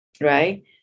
Right